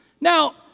Now